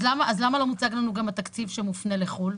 אז למה לא מוצג לנו גם התקציב שמופנה לחו"ל?